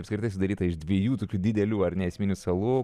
apskritai sudaryta iš dviejų tokių didelių ar ne esminių salų